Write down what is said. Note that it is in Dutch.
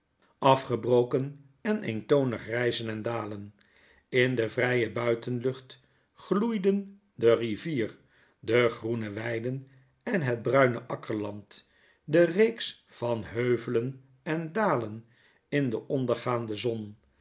afgebroken en eentonig ryzen en dalen in de vrye buitenlucht gloeiden de rivier de groene weiden en hetbruine akkerland de reeks van heuvelen en dalen in de ondergaande zon